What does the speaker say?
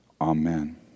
Amen